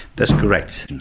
that's correct.